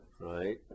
right